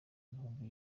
ibihumbi